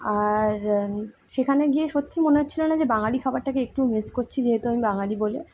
আর সেখানে গিয়ে সত্যি মনে হচ্ছিলো না যে বাঙালি খাবারটাকে একটু মিস করছি যেহেতু আমি বাঙালি বলে